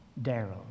Daryl